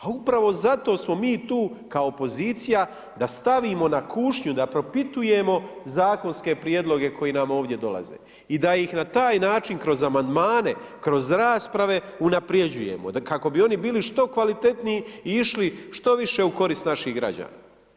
A upravo zato smo mi tu kao opozicija da stavimo na kušnju, da propitujemo zakonske prijedloge koji nam ovdje dolaze i da ih na taj način kroz amandmane, kroz rasprave unapređujemo kako bi oni bili što kvalitetniji i išli što više u korist naših građana.